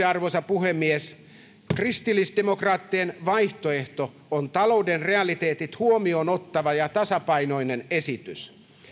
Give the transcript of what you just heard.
arvoisa puhemies lopuksi kristillisdemokraattien vaihtoehto on talouden realiteetit huomioon ottava ja tasapainoinen esitys